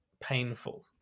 painful